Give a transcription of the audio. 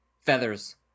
feathers